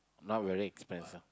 not really expensive